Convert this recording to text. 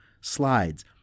slides